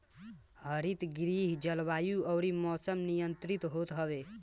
हरितगृह जलवायु अउरी मौसम नियंत्रित होत हवे